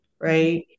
right